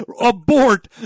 Abort